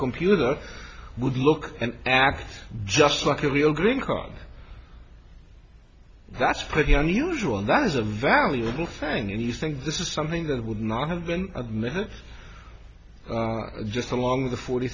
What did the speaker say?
computer would look and act just like a real green card that's pretty unusual and that is a valuable thing and you think this is something that would not have been admitted just along the forty